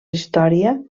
història